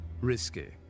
risky